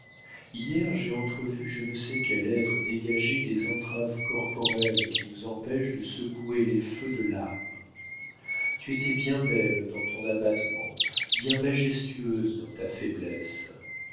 hier j'ai entrevu je ne sais quel être dégagé des entraves corporelles qui nous empêchent de secouer les feux de l'âme tu étais bien belle dans ton abattement bien majestueuse dans ta faiblesse